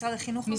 משרד החינוך?